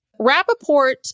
Rappaport